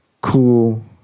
cool